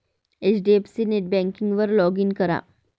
HDFC नेटबँकिंगवर log in करा